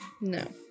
No